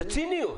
זו ציניות.